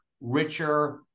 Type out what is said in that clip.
richer